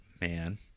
man